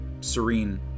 serene